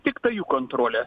tiktai jų kontrolė